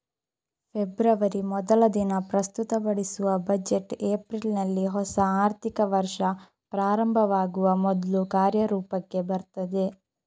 February ಮೊದಲ ದಿನ ಪ್ರಸ್ತುತಪಡಿಸುವ ಬಜೆಟ್ ಏಪ್ರಿಲಿನಲ್ಲಿ ಹೊಸ ಆರ್ಥಿಕ ವರ್ಷ ಪ್ರಾರಂಭವಾಗುವ ಮೊದ್ಲು ಕಾರ್ಯರೂಪಕ್ಕೆ ಬರ್ತದೆ